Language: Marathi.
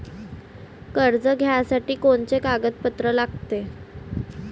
कर्ज घ्यासाठी कोनचे कागदपत्र लागते?